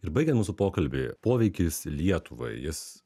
ir baigiant mūsų pokalbį poveikis lietuvai jis